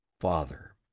Father